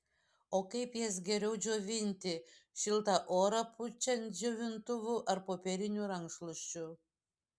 o kaip jas geriau džiovinti šiltą orą pučiančiu džiovintuvu ar popieriniu rankšluosčiu